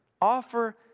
Offer